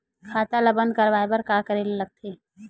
खाता ला बंद करवाय बार का करे ला लगथे?